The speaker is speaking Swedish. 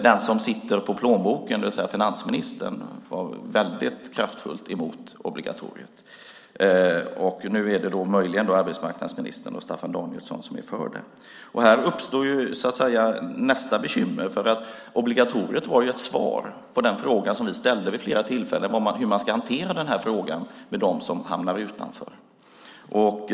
Den som sitter på plånboken, det vill säga finansministern, var väldigt kraftfullt emot obligatoriet. Nu är det möjligen arbetsmarknadsministern och Staffan Danielsson som är för det. Här uppstår nästa bekymmer. Obligatoriet var ju ett svar på den fråga som vi ställde vid flera tillfällen, hur man ska hantera frågan om dem som hamnar utanför.